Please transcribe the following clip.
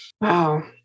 wow